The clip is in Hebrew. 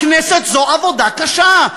הכנסת זו עבודה קשה.